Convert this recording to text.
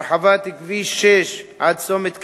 הרחבת כביש 6 עד צומת כברי,